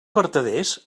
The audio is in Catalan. vertaders